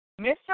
Mr